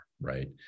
right